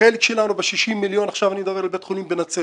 החלק שלנו ב-60 מיליון שקלים- עכשיו אני מדבר על בית החולים הסקוטי